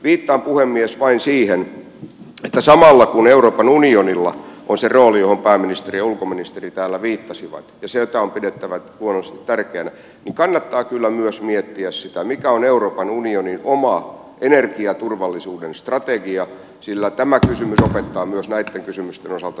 viittaan puhemies vain siihen että samalla kun euroopan unionilla on se rooli johon pääministeri ja ulkoministeri täällä viittasivat ja sitä on pidettävä luonnollisesti tärkeänä niin kannattaa kyllä myös miettiä sitä mikä on euroopan unionin oma energiaturvallisuuden strategia sillä tämä kysymys opettaa myös näitten kysymysten osalta tarkkaan huolellisuuteen